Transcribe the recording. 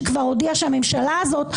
שכבר הודיעה שהממשלה הזאת,